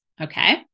okay